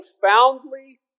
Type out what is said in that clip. profoundly